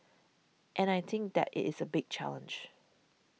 and I think that it is a big challenge